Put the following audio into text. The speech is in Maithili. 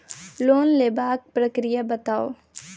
लोन लेबाक प्रक्रिया बताऊ?